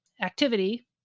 activity